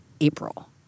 April